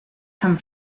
come